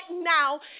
now